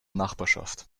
nachbarschaft